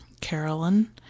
Carolyn